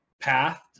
Path